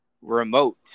remote